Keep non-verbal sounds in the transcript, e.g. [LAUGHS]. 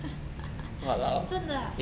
[LAUGHS] 真的啊